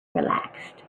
relaxed